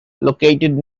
located